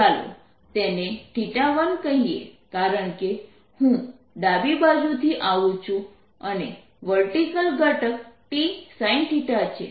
ચાલો તેને 1 કહીએ કારણકે હું ડાબી બાજુથી આવું છું અને વેર્ટીકલ ઘટક t sin છે